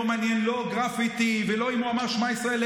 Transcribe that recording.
לא מעניין לא גרפיטי ולא אם הוא אמר שמע ישראל.